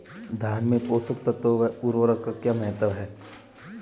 धान में पोषक तत्वों व उर्वरक का कोई महत्व है?